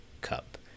cup